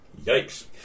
Yikes